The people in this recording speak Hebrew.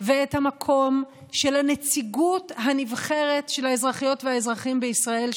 ואת המקום של הנציגות הנבחרת של האזרחיות והאזרחים בישראל,